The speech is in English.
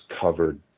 covered